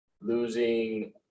losing